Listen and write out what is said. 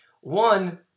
One